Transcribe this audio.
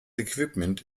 equipment